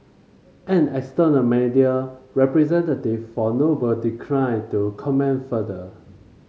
an external media representative for Noble declined to comment further